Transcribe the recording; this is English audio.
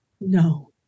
No